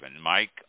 Mike